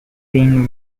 win